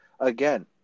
again